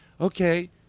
Okay